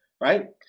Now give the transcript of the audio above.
right